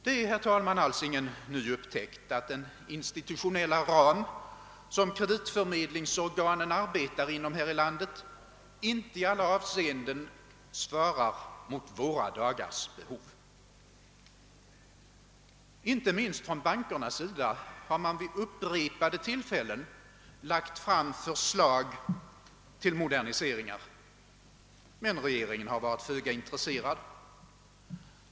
Det är, herr talman, alls ingen ny upptäckt att den institutionella ram, som kreditförmedlingsorganen arbetar inom här i landet, inte i alla avseenden svarar mot våra dagars behov. Inte minst från bankernas sida har man vid upprepade tillfällen lagt fram förslag till moderniseringar, men regeringen har varit föga intresserad.